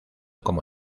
como